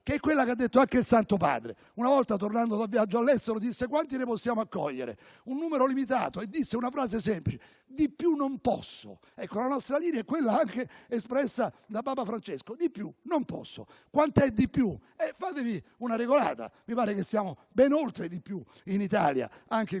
è quella di cui ha parlato anche il Santo Padre. Una volta, tornando da un viaggio all'estero, disse: quanti ne possiamo accogliere? Un numero limitato. E disse una frase semplice: di più non posso. Ecco, la nostra linea è quella espressa anche da Papa Francesco: di più non posso. Quanto è di più? Datevi una regolata; mi pare che siamo ben oltre il di più in Italia, anche in questi